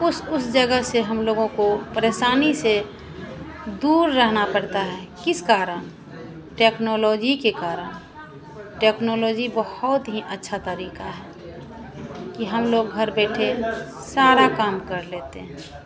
उस उस जगह से हम लोगों को परेशानी से दूर रहना पड़ता है किस कारण टेक्नोलॉजी के कारण टेक्नोलॉजी बहुत ही अच्छा तरीक़ा है कि हम लोग घर बैठे सारा काम कर लेते हैं